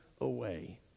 away